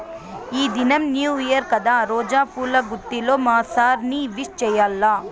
ఈ దినం new year కదా రోజా పూల గుత్తితో మా సార్ ని విష్ చెయ్యాల్ల